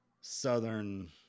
Southern